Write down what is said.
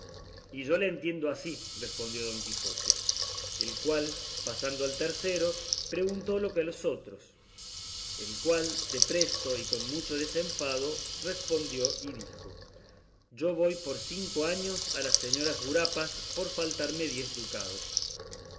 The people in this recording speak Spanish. y yo lo entiendo así respondió don quijote el cual pasando al tercero preguntó lo que a los otros el cual de presto y con mucho desenfado respondió y dijo yo voy por cinco años a las señoras gurapas por faltarme diez ducados